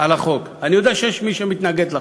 על החוק, אני יודע שיש מי שמתנגד לחוק,